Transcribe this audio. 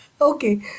Okay